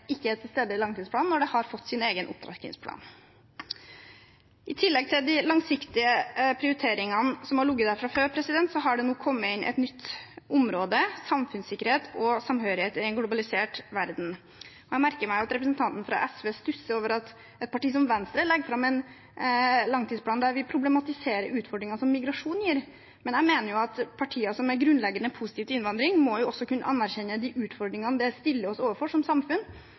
ikke er til stede i langtidsplanen, når det har fått sin egen opptrappingsplan. I tillegg til de langsiktige prioriteringene som har ligget der fra før, har det nå kommet inn et nytt område – samfunnssikkerhet og samhørighet i en globalisert verden. Jeg merker meg at representanten fra SV stusser over at et parti som Venstre legger fram en langtidsplan der vi problematiserer utfordringer som migrasjon gir, men jeg mener jo at partier som er grunnleggende positive til innvandring, også må kunne anerkjenne de utfordringene det stiller oss overfor som samfunn.